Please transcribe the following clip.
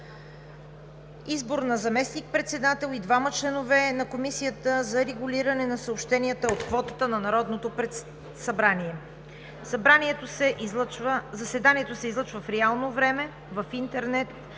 „Избор на заместник-председател и двама членове на Комисията за регулиране на съобщенията от квотата на Народното събрание. 1. Заседанието се излъчва в реално време в интернет